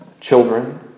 children